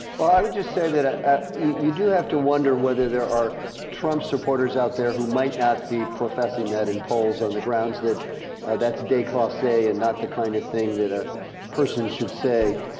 well, i would just say that ah ah you do have to wonder whether there are trump supporters out there who might not be professing that in polls on the grounds that that's declasse and not the kind of thing that a person should say.